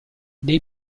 dei